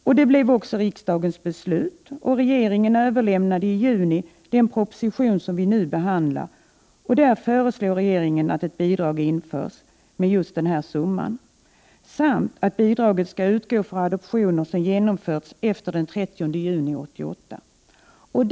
Detta blev också riksdagens beslut och regeringen överlämnade i juni den proposition som vi nu behandlar, där regeringen föreslår att ett bidrag införs med just denna summa samt att bidraget utgår för adoptioner som genomförts efter den 30 juni 1988.